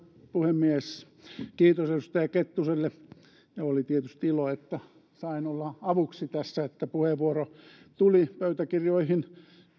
puhemies kiitos edustaja kettuselle oli tietysti ilo että sain olla avuksi tässä että puheenvuoro tuli pöytäkirjoihin